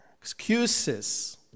excuses